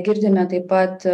girdime taip pat